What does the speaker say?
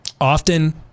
often